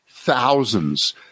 Thousands